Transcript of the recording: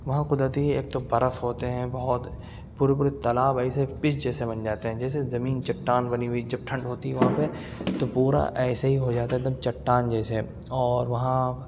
وہاں قدرتی ایک تو برف ہوتے ہیں بہت پورے پورے تالاب ایسے پچ جیسے بن جاتے ہیں جیسے زمین چٹان بنی ہوئی جب ٹھنڈ ہوتی ہے وہاں پہ تو پورا ایسے ہی ہو جاتا ہے ایک دم چٹان جیسے اور وہاں